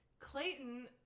clayton